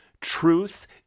truth